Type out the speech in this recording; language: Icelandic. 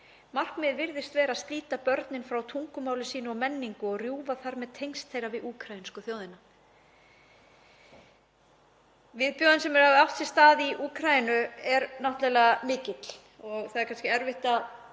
Markmiðið virðist vera að slíta börnin frá tungumáli sínu og menningu og rjúfa þar með tengsl þeirra við úkraínsku þjóðina. Viðbjóðurinn sem hefur átt sér stað í Úkraínu er náttúrlega mikill og það er kannski erfitt að